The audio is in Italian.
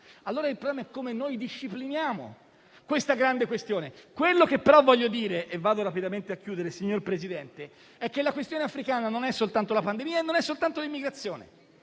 il problema è come discipliniamo questa grande questione. Ciò che voglio dire è che la questione africana non è soltanto la pandemia né soltanto l'immigrazione;